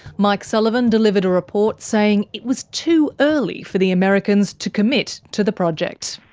mike sullivan delivered a report saying it was too early for the americans to commit to the project.